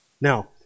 Now